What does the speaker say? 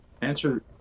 Answer